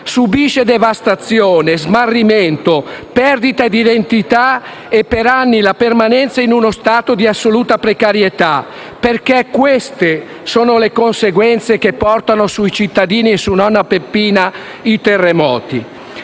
subisce devastazione, smarrimento, perdita di identità e per anni permane in uno stato di assoluta precarietà: queste sono le conseguenze che portano sui cittadini e su nonna Peppina i terremoti.